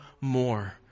more